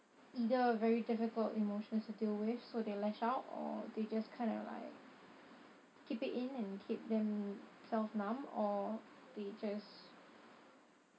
either very difficult emotions to deal with so they lash out or they just kind of like keep it in and keep themselves numb or they just